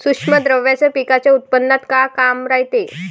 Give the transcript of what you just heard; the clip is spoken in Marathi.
सूक्ष्म द्रव्याचं पिकाच्या उत्पन्नात का काम रायते?